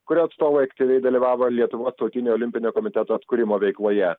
kurio atstovai aktyviai dalyvavo lietuvos tautinio olimpinio komiteto atkūrimo veikloje